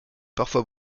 parfois